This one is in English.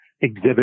exhibit